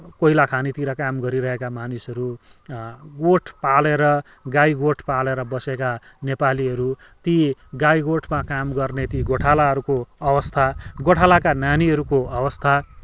कोइलाखानीतिर काम गरिरहेका मानिसहरू गोठ पालेर गाईगोठ पालेर बसेका नेपालीहरू ती गाईगोठमा काम गर्ने ती गोठालाको अवस्था गोठालाका नानीहरूको अवस्था